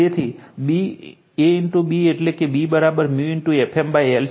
તેથી A B એટલે B Fm l છે